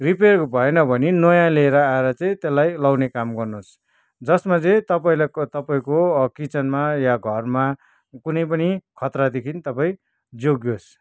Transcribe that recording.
repair भएन भने नयाँ लिएर आएर चाहिँ त्यसलाई लाउने काम गर्नुहोस् जसमा चाहिँ तपाईँलाई तपाईँको किचनमा या घरमा कुनै पनि खतरादेखि तपाईँ जोगियोस्